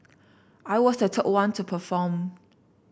I was the third one to perform